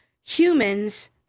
humans